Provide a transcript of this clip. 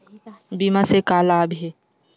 बीमा से का लाभ हे?